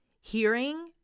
hearing